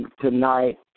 tonight